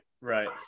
right